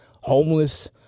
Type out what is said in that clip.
homeless